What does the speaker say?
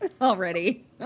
already